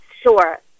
sure